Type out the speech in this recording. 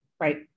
right